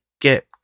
get